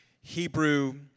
Hebrew